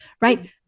right